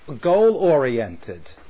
goal-oriented